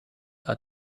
are